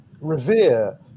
revere